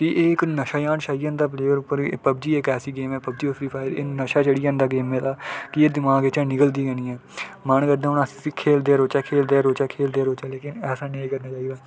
की एह् इक नशा जन छाई जंदा प्लेयर उप्पर पबजी इक ऐसी गेम ऐ नशा चढ़ी जंदा गेमै दा की एह् दमाक चा निकलदी गै निं ऐ मन करदा हुन अस इसी खेलदे रौंह्चै खेलदे रौंह्चै खेलदे रौह्चै लेकिन ऐसी नेईं करना चाहिदा